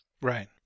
Right